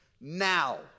now